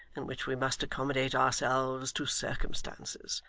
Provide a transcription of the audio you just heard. in which we must accommodate ourselves to circumstances,